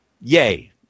yay